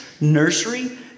nursery